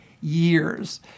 years